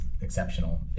exceptional